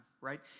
right